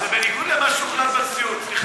זה בניגוד למה שהוחלט בנשיאות, סליחה.